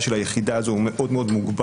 של היחידה הזאת הוא מאוד מאוד מוגבל.